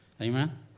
Amen